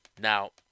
Now